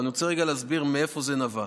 אבל אני רוצה רגע להסביר מאיפה זה נבע: